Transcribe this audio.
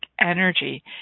energy